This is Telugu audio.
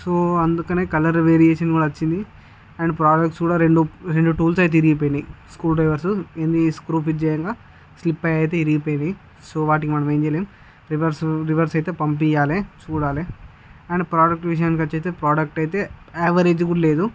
సో అందుకని కలర్ వేరియేషన్ కూడా వచ్చింది అండ్ ప్రోడక్ట్స్ కూడా రెండు రెండు టూల్స్ అయితే ఇరిగిపోయినవి స్క్రూ డ్రైవర్స్ ఇన్ని స్క్రూ ఫిట్ చేయంగ స్లిప్ అయితే ఇరిగిపోయినవి సో వాటికి మనం ఏం చేయలేం రివర్స్ రివర్స్ అయితే పంపియాలి చూడాలి అండ్ ప్రోడక్ట్ విషయానికి వచ్చి అయితే ప్రోడక్ట్ అయితే యావరేజ్ కూడా లేదు